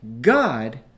God